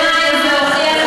מאושר היום?